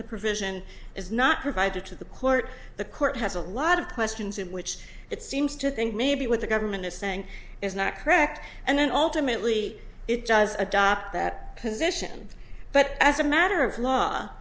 the provision is not provided to the court the court has a lot of questions in which it seems to think maybe what the government is saying is not correct and then ultimately it does adopt that position but as a matter of law